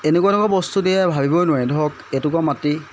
এনেকুৱা এনেকুৱা বস্তু দিয়ে ভাবিবই নোৱাৰে ধৰক এটুকুৰা মাটি